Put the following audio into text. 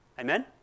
Amen